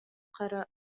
قرأت